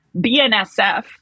BNSF